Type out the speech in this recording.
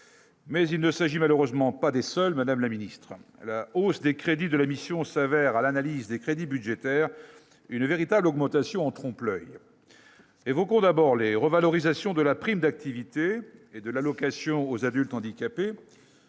mais il ne s'agit malheureusement pas des seuls madame la ministre, à la hausse des crédits de la mission s'avère à l'analyse des crédits budgétaires et une véritable augmentation en trompe l'oeil, évoquons d'abord les revalorisations de la prime d'activité et de l'allocation aux adultes handicapés,